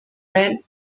red